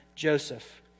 Joseph